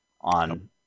on